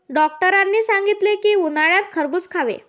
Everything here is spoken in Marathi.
डॉक्टरांनी सांगितले की, उन्हाळ्यात खरबूज खावे